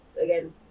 again